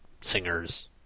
singers